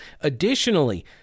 Additionally